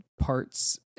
parts